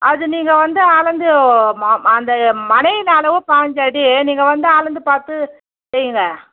அது நீங்கள் வந்து அளந்து மா மா அந்த மனையின் அளவு பயஞ்சு அடி நீங்கள் வந்து அளந்து பார்த்து செய்யுங்க